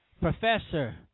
professor